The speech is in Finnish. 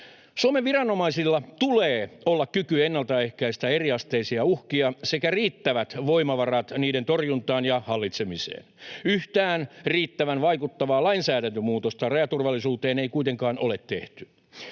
Suomen viranomaisilla tulee olla kyky ennaltaehkäistä eriasteisia uhkia sekä riittävät voimavarat niiden torjuntaan ja hallitsemiseen. Yhtään riittävän vaikuttavaa lainsäädäntömuutosta rajaturvallisuuteen ei kuitenkaan ole tehty.